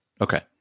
Okay